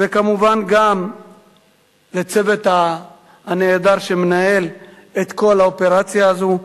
כמובן, גם לצוות הנהדר שמנהל את כל האופרציה הזו.